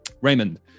Raymond